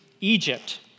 Egypt